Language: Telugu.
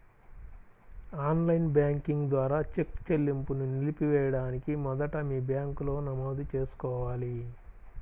ఆన్ లైన్ బ్యాంకింగ్ ద్వారా చెక్ చెల్లింపును నిలిపివేయడానికి మొదట మీ బ్యాంకులో నమోదు చేసుకోవాలి